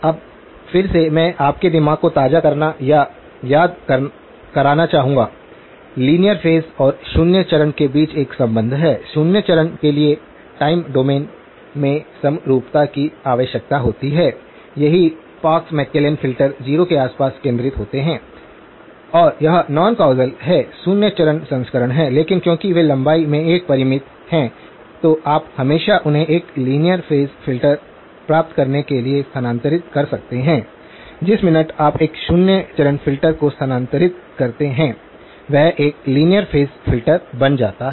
अब फिर से मैं आपके दिमाग को ताज़ा करना या याद कराना चाहूँगा लीनियर फेज और शून्य चरण के बीच एक संबंध है शून्य चरण के लिए टाइम डोमेन में समरूपता की आवश्यकता होती है सही पार्क्स मैकलेलन फ़िल्टर 0 के आसपास केंद्रित होते हैं और यह नॉन कौसल हैं शून्य चरण संस्करण है लेकिन क्योंकि वे लंबाई में एक परिमित हैं तो आप हमेशा उन्हें एक लीनियर फेज फ़िल्टर प्राप्त करने के लिए स्थानांतरित कर सकते हैं जिस मिनट आप एक शून्य चरण फ़िल्टर को स्थानांतरित करते हैं वह एक लीनियर फेज फ़िल्टर बन जाएगा